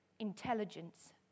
intelligence